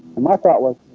and my thought was